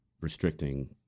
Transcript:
restricting